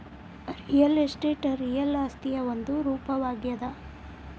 real estate real ಆಸ್ತಿಯ ಒಂದು ರೂಪವಾಗ್ಯಾದ